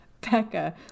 Becca